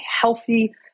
healthy